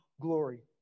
glory